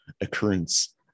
occurrence